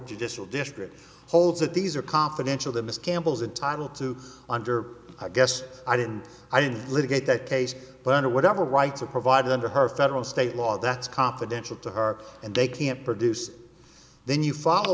judicial district holds that these are confidential the miss campbell's entitled to under i guess i didn't i didn't litigate that case but under whatever rights are provided under her federal state law that's confidential to her and they can't produce then you follow